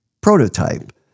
prototype